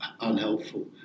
unhelpful